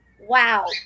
Wow